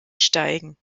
steigen